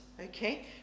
okay